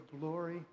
glory